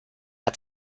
hat